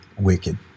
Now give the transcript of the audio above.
wicked